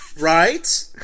right